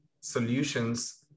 solutions